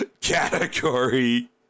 category